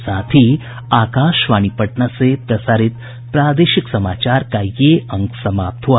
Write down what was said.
इसके साथ ही आकाशवाणी पटना से प्रसारित प्रादेशिक समाचार का ये अंक समाप्त हुआ